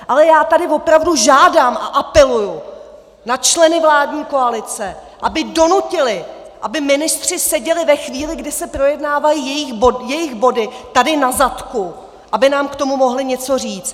Ale já tady opravdu žádám a apeluji na členy vládní koalice, aby donutili, aby ministři seděli ve chvíli, kdy se projednávají jejich body, tady na zadku, aby nám k tomu mohli něco říct.